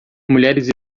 mulheres